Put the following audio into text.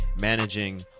managing